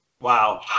Wow